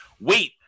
wait